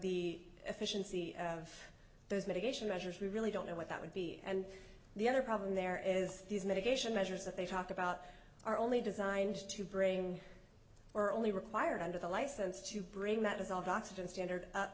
he efficiency of those mitigation measures we really don't know what that would be and the other problem there is these medication measures that they talk about are only designed to bring are only required under the license to bring that dissolved oxygen standard